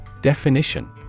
Definition